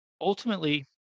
ultimately